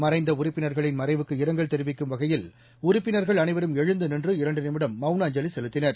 மறைந்த உறுப்பினா்களின் மறைவுக்கு இரங்கல் தெரிவிக்கும் வகையில் உறுப்பினா்கள் அனைவரும் எழுந்து நின்று இரண்டு நிமிடம் மவுன அஞ்சலி செலுத்தினர்